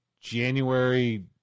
January